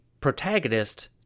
protagonist